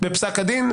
בפסק הדין,